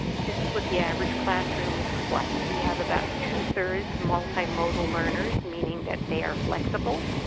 this is what the average classroom looks like. we have about two-third multimodal learners, meaning that they are flexible.